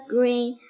Green